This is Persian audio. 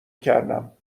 کردماسم